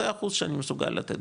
זה אחוז שאני מסוגל לתת,